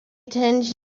attention